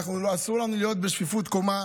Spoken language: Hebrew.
אסור לנו להיות בשפיפות קומה